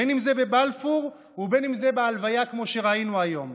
בין שזה בבלפור ובין שזה בהלוויה כמו שראינו היום.